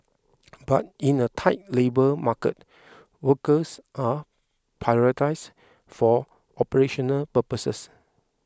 but in a tight labour market workers are prioritised for operational purposes